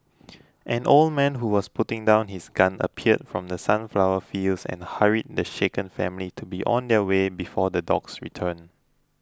an old man who was putting down his gun appeared from the sunflower fields and hurried the shaken family to be on their way before the dogs return